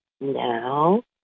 now